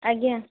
ଆଜ୍ଞା